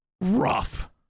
rough